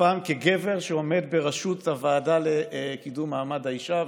הפעם כגבר שעומד בראשות הוועדה לקידום מעמד האישה.